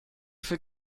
für